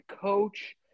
coach –